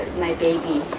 my baby.